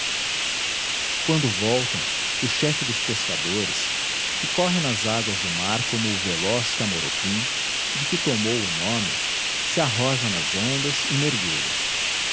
quando voltam o chefe dos pescadores que corre nas águas do mar como o veloz camoropim de que tomou o nome se arroja nas ondas e mergulha